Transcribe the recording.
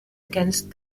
against